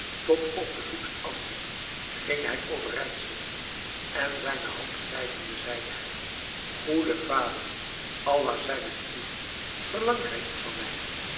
tot op de voeten afhing ging hij overeind zitten en zijne hand grijpende zeide hij goede vader allah zij met u verlangt gij iets van mij